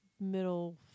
middle